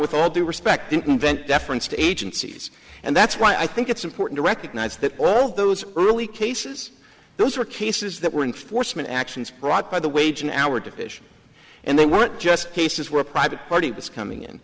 with all due respect invent deference to agencies and that's why i think it's important to recognize that well those early cases those were cases that were enforcement actions brought by the wage and hour division and they weren't just cases where a private party was coming in